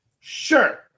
Sure